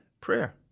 Prayer